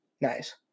Nice